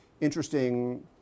interesting